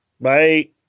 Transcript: Bye